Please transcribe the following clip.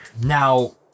now